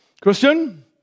Christian